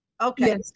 Okay